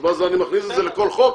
אז מה, אני מכניס את זה לכל חוק?